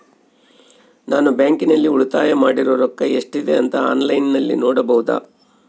ನಾನು ಬ್ಯಾಂಕಿನಲ್ಲಿ ಉಳಿತಾಯ ಮಾಡಿರೋ ರೊಕ್ಕ ಎಷ್ಟಿದೆ ಅಂತಾ ಆನ್ಲೈನಿನಲ್ಲಿ ನೋಡಬಹುದಾ?